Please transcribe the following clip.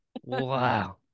Wow